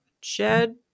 jed